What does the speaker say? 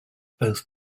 both